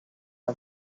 her